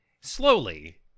slowly